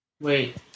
Wait